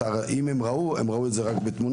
אם הם ראו את המקום אז ה רק מתמונות,